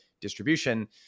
distribution